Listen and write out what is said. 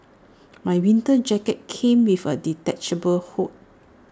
my winter jacket came with A detachable hood